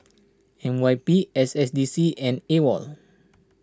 N Y P S S D C and Awol